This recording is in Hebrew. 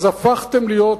אז הפכתם להיות,